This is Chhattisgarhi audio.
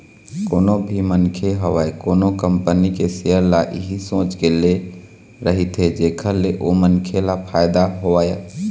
कोनो भी मनखे होवय कोनो कंपनी के सेयर ल इही सोच के ले रहिथे जेखर ले ओ मनखे ल फायदा होवय